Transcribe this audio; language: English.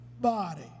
body